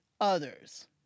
others